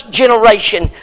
generation